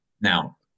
now